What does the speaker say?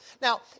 Now